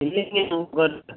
இல்லைங்க உங்கள்